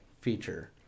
feature